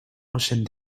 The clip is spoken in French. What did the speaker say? enchaîne